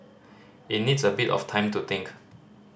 it needs a bit of time to think